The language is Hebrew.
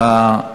בעד, 10,